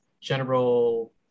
General